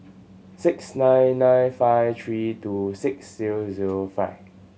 six nine nine five three two six zero zero five